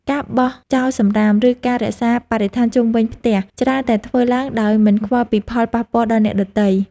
ការបោះចោលសម្រាម ឬការរក្សាបរិស្ថានជុំវិញផ្ទះច្រើនតែធ្វើឡើងដោយមិនខ្វល់ពីផលប៉ះពាល់ដល់អ្នកដទៃ។